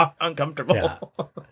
uncomfortable